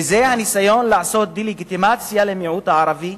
וזה הניסיון לעשות דה-לגיטימציה למיעוט הערבי,